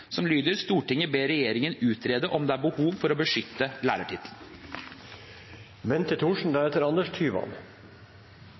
som lyder: «Stortinget ber regjeringen utrede om det er behov for å beskytte lærertittelen.»